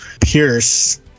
Pierce